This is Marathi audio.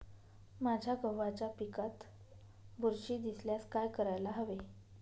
माझ्या गव्हाच्या पिकात बुरशी दिसल्यास काय करायला हवे?